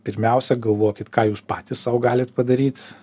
pirmiausia galvokit ką jūs patys sau galit padaryt